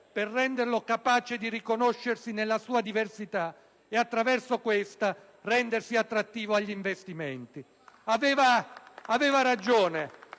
per renderlo capace di riconoscersi nella sua diversità e, attraverso questa, rendersi attrattivo di investimenti». *(Applausi